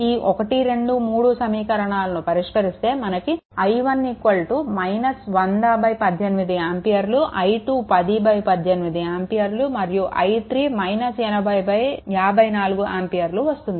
ఈ 1 2 మరియు 3 సమీకరణాలను పరిష్కరిస్తే మనకు i1 100 18 ఆంపియర్లు i2 10 18 ఆంపియర్లు మరియు i3 80 54 ఆంపియర్లు వస్తుంది